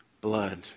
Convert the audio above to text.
blood